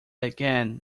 again